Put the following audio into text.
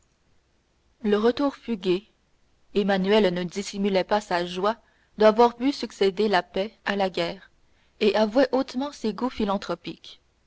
le retour fut gai emmanuel ne dissimulait pas sa joie d'avoir vu succéder la paix à la guerre et avouait hautement ses goûts philanthropiques